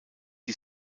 die